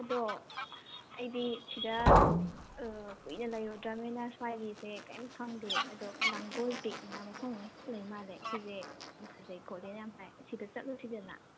ꯑꯗꯣ ꯑꯩꯗꯤ ꯁꯤꯗ ꯀꯨꯏꯅ ꯂꯩꯔꯨꯗ꯭ꯔꯕꯅꯤꯅ ꯁ꯭ꯋꯥꯏꯒꯤꯁꯦ ꯀꯔꯤꯝ ꯈꯪꯗꯦ ꯑꯗꯣ ꯂꯥꯡꯒꯣꯜ ꯄꯤꯛꯅ ꯃꯐꯝ ꯑꯃꯈꯛ ꯂꯩꯃꯥꯜꯂꯦ ꯁꯤꯁꯦ ꯌꯥꯝ ꯐꯖꯩ ꯈꯣꯠꯂꯦꯅ ꯌꯥꯝ ꯍꯥꯏ ꯁꯤꯗ ꯆꯠꯂꯨꯁꯤꯗꯅ